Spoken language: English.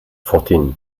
fourteen